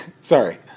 Sorry